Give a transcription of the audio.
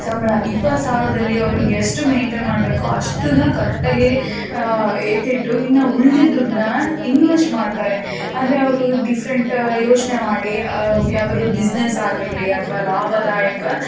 ಸಂಬಳ ಇಪ್ಪತ್ತು ಸಾವಿರದಲ್ಲಿ ಅವರು ಎಷ್ಟು ಮೇಯ್ನ್ಟೇನ್ ಮಾಡಬೇಕು ಅಷ್ಟನ್ನು ಕರೆಕ್ಟಾಗಿ ಎತ್ತಿಟ್ಟು ಇನ್ನು ಉಳ್ದಿದ್ದ ದುಡ್ಡನ್ನ ಇನ್ವೆಸ್ಟ್ ಮಾಡ್ತಾರೆ ಅಂದರೆ ಅವರು ಡಿಫ್ರೆಂಟ ಯೋಚನೆ ಮಾಡಿ ಯಾವ್ದಾದ್ರು ಬಿಸ್ನೆಸ್ಸಾಗಿರಲಿ ಅಥವಾ ಲಾಭದಾಯಕ